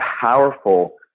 powerful